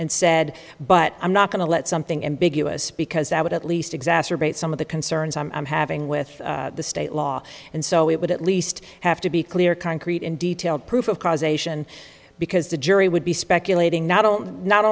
and said but i'm not going to let something ambiguous because i would at least exacerbate some of the concerns i'm having with the state law and so it would at least have to be clear concrete and detailed proof of causation because the jury would be speculating not